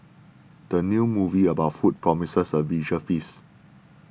the new movie about food promises a visual feast